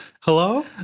Hello